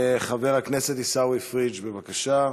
חבר הכנסת עיסאווי פריג', בבקשה.